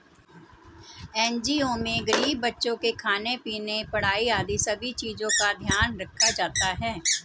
NGO में गरीब बच्चों के खाने पीने, पढ़ाई आदि सभी चीजों का ध्यान रखा जाता है